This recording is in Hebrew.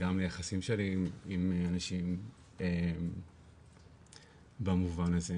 וגם ליחסים שלי עם אנשים במובן הזה.